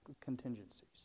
contingencies